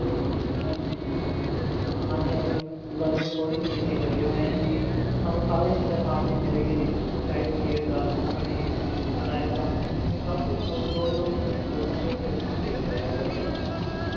ਨਹੀਂ ਹਾਂਜੀ ਹਾਂਜੀ ਗਰਮੀ ਕੋਈ ਨਹੀਂ ਏ ਸੀ ਲੱਗੇ ਹੋਏ ਹੈਂ ਜੀ ਤੁਹਾਨੂੰ ਸਾਰੀ ਚੀਜ਼ਾਂ ਖਾਣ ਲਈ ਮਿਲੇਗੀ ਜੀ ਸ਼ਾਹੀ ਪਨੀਰ ਦਾਲ ਮੱਖਣੀ ਰਾਇਤਾ ਮਿਕਸ ਸਭ ਕੁਛ ਮਤਲਬ ਜੋ ਜੋ ਤੁਸੀਂ ਬੋਲੋਂਗੇ ਉੱਥੇ ਉਹ ਖਾਣ ਲਈ ਮਿਲੇਗਾ ਵਧੀਆ